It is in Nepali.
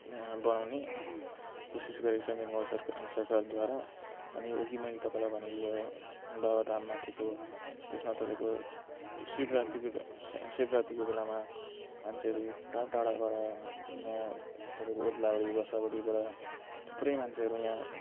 यहाँ बनाउने कोसिस गरेको छ बेङ्गल सरकार सरकारद्वारा अनि अघि मैले तपाईँलाई भनेको यो बाबा धाम माथिको त्यसमा तपाईँको शिवरात्रिको शिवरात्रिको बेलामा मान्छेहरू टाढा टाढाबाट यहाँ तपाईँको ओदलाबाडी वासाबाडीबाट थुप्रै मान्छेहरू यहाँ